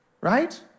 right